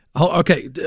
Okay